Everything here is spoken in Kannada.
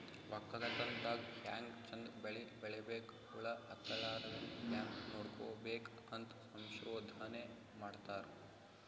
ವಕ್ಕಲತನ್ ದಾಗ್ ಹ್ಯಾಂಗ್ ಚಂದ್ ಬೆಳಿ ಬೆಳಿಬೇಕ್, ಹುಳ ಹತ್ತಲಾರದಂಗ್ ಹ್ಯಾಂಗ್ ನೋಡ್ಕೋಬೇಕ್ ಅಂತ್ ಸಂಶೋಧನೆ ಮಾಡ್ತಾರ್